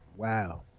Wow